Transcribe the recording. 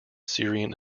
syrian